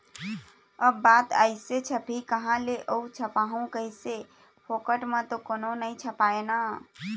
अब बात आइस छपही काँहा ले अऊ छपवाहूँ कइसे, फोकट म तो कोनो नइ छापय ना